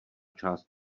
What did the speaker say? část